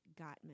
Gottman